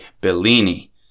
Bellini